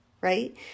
right